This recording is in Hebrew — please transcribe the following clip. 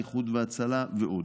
איחוד הצלה ועוד.